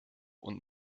und